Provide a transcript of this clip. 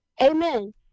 Amen